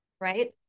right